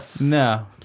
no